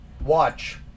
watch